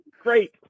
great